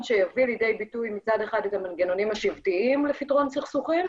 שיביא לידי ביטוי מצד אחד את המנגנונים השבטיים לפתרון סכסוכים,